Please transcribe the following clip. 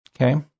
okay